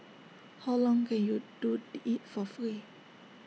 how long can you do the IT for free